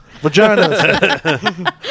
Vaginas